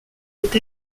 est